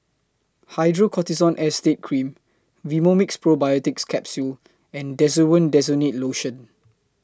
Hydrocortisone Acetate Cream Vivomixx Probiotics Capsule and Desowen Desonide Lotion